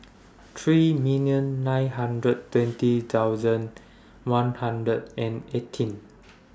three million nine hundred twenty thousand one hundred and eighteen